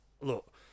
look